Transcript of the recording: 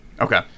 Okay